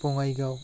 Bongaigaon